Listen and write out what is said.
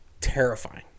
terrifying